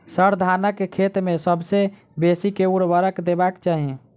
sir, धानक खेत मे सबसँ बेसी केँ ऊर्वरक देबाक चाहि